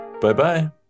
Bye-bye